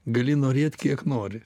gali norėt kiek nori